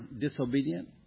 disobedient